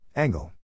Angle